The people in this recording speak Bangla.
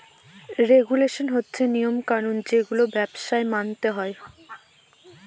রেগুলেশন হচ্ছে নিয়ম কানুন যেগুলো ব্যবসায় মানতে হয়